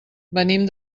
venim